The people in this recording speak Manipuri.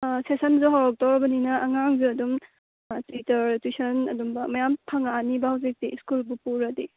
ꯑꯥ ꯁꯦꯁꯟꯁꯨ ꯍꯧꯔꯛꯇꯣꯔꯕꯅꯤꯅ ꯑꯉꯥꯡꯁꯨ ꯑꯗꯨꯝ ꯇꯨꯏꯇꯔ ꯇꯨꯏꯁꯟ ꯑꯗꯨꯒꯨꯝꯕ ꯃꯌꯥꯝ ꯐꯪꯉꯛꯑꯅꯤꯕ ꯍꯧꯖꯤꯛꯇꯤ ꯏꯁꯀꯨꯜꯕꯨ ꯄꯨꯔꯗꯤ